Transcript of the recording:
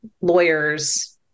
lawyers